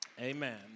Amen